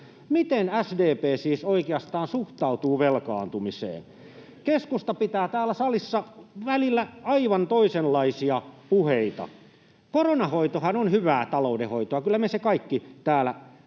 Miten SDP siis oikeastaan suhtautuu velkaantumiseen? Keskusta pitää täällä salissa välillä aivan toisenlaisia puheita. Koronan hoitohan on hyvää taloudenhoitoa, kyllä me sen kaikki täällä